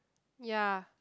ya